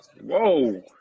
Whoa